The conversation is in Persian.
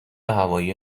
هوایی